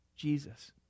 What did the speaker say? jesus